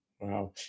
Wow